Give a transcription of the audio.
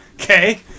Okay